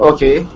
Okay